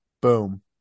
Boom